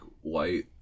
white